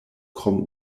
krom